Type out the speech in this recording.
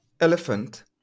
Elephant